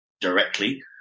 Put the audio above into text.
directly